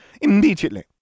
immediately